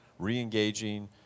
reengaging